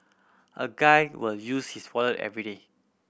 a guy will use his wallet everyday